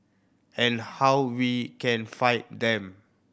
and how we can fight them